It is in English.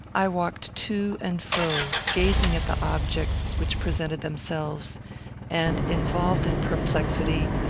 i walked to and fro, gazing at the objects which presented themselves and, involved in perplexity,